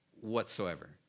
whatsoever